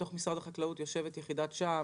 בתוך משרד החקלאות נמצאת יחידת שה"מ,